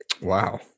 Wow